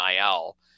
IL